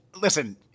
listen